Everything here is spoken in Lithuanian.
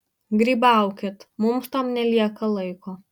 grybaukit mums tam nelieka laiko